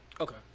Okay